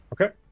Okay